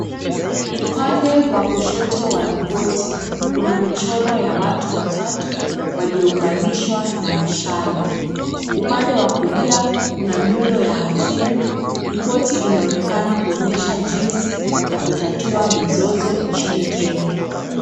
Upande wa kushoto wa ripoti, kuna michoro ya watu watatu waliounganishwa na mishale. Upande wa kulia kuna nyundo ya hakimu, ripoti inaonekana kuonyesha jinsi ya kutatua mizozo nchini Kenya.